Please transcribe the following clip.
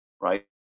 right